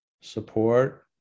support